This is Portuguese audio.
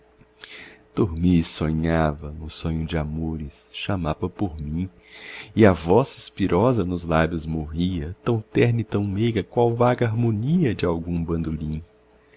e sonhava no sonho de amores chamava por mim e a voz suspirosa nos lábios morria tão terna e tão meiga qual vaga harmonia de algum bandolim